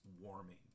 warming